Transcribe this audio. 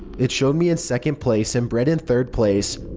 it showed me in second place and brett in third place.